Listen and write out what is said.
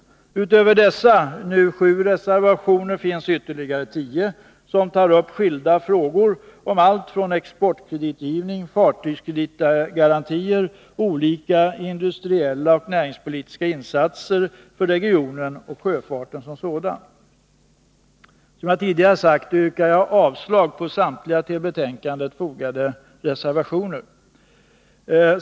Utöver dessa sju reservationer finns ytterligare tio, som tar upp skilda frågor om allt ifrån exportkreditgivning, fartygskreditgarantier till olika industriella och näringspolitiska insatser för regionen och sjöfarten som sådan. Som jag tidigare sagt yrkar jag avslag på samtliga till betänkandet fogade reservationer.